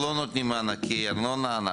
אנחנו לא נותנים מענקי ארנונה.